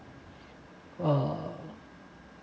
uh